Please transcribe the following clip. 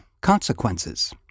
Consequences